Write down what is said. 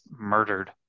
murdered